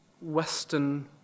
Western